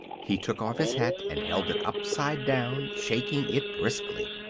he took off his hat and held it upside down, shaking it briskly.